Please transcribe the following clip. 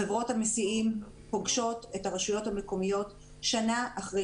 חברות המסיעים פוגשות את הרשויות המקומיות שנה אחרי